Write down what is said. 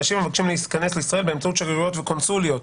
אנשים המבקשים להיכנס לישראל באמצעות שגרירויות וקונסוליות.